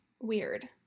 Weird